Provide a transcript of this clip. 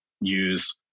use